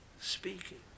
speaking